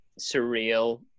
surreal